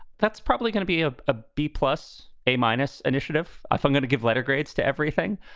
that's probably going to be a a b plus a minus initiative. i forgot to give letter grades to everything.